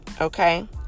okay